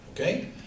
okay